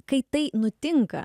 kai tai nutinka